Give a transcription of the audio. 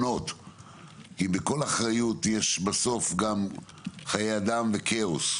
כי מאחורי כל אחריות יש בסוף גם חיי אדם וכאוס,